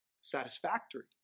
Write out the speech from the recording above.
satisfactory